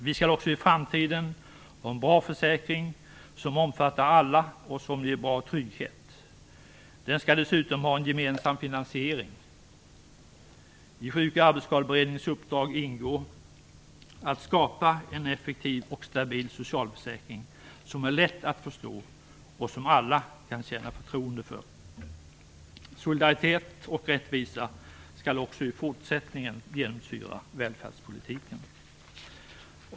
Vi skall också i framtiden ha en bra försäkring, som omfattar alla och som ger bra trygghet. Den skall dessutom ha en gemensam finansiering. I Sjuk och arbetsskadeberedningens uppdrag ingår att skapa en effektiv och stabil socialförsäkring som är lätt att förstå och som alla kan känna förtroende för. Solidaritet och rättvisa skall också i fortsättningen genomsyra välfärdspolitiken.